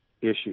issue